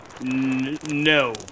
no